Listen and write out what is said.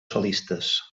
solistes